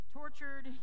tortured